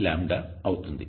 dλ అవుతుంది